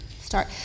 start